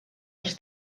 els